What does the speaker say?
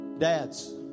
dads